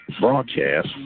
Broadcast